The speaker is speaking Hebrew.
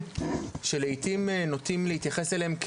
צעירים שלעיתים נוטים להתייחס אליהם,